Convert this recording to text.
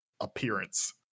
appearance